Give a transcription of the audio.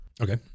Okay